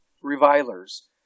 Revilers